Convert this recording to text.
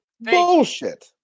Bullshit